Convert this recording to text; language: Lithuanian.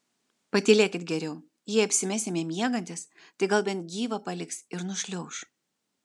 patylėkit geriau jei apsimesime miegantys tai gal bent gyvą paliks ir nušliauš